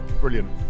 brilliant